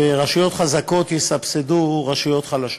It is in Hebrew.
שרשויות חזקות יסבסדו רשויות חלשות.